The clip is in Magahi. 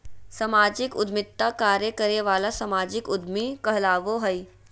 सामाजिक उद्यमिता कार्य करे वाला सामाजिक उद्यमी कहलाबो हइ